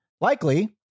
likely